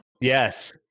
Yes